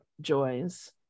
joys